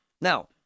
Now